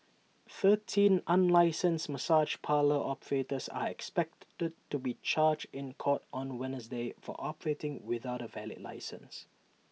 thirteen unlicensed massage parlour operators are expected to be charged in court on Wednesday for operating without A valid licence